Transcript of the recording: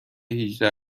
هجده